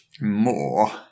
More